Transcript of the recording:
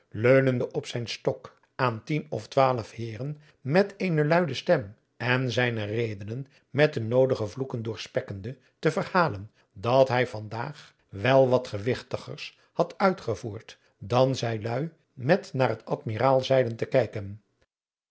leunende op zijn stok aan tien of twaalf heeren met eene luide stem en zijne redenen met de noodige vloeken doorspekkende te verhalen dat hij van daag wel wat gewigtigers had uitgevoerd dan zij luî met naar t admiraalzeilen te kijken